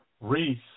Reese